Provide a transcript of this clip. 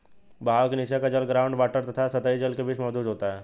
बहाव के नीचे का जल ग्राउंड वॉटर तथा सतही जल के बीच मौजूद होता है